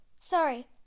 Sorry